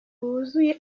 wuzuye